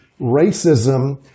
racism